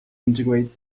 integrate